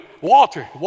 Walter